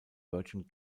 virgin